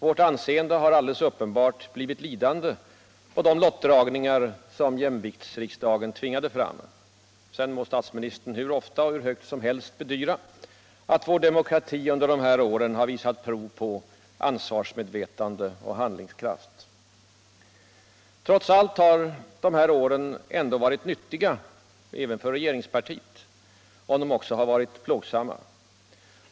Vårt anseende har alldeles uppenbart blivit lidande på de lottdragningar som jämviktsriksdagen tvingade fram. Sedan må statsministern hur ofta och hur högt som helst bedyra att vår demokrati under dessa år har visat prov på ansvarsmedvetande och handlingskraft. Trots allt har dessa år ändå varit nyttiga också för regeringspartiet —- även om de varit plågsamma.